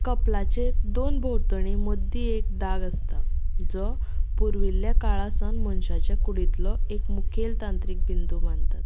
कपलाचेर दोन भोंवतणी मदीं एक दाग आसता जो पुर्विल्ल्या काळा सावन मनशाचे कुडींतलो एक मुखेल तांत्रीक बिंदू मानतात